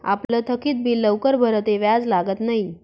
आपलं थकीत बिल लवकर भरं ते व्याज लागत न्हयी